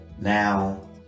now